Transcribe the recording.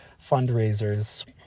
fundraisers